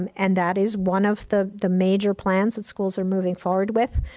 um and that is one of the the major plans that schools are moving forward with,